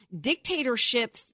dictatorship